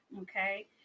Okay